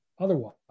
otherwise